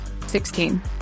16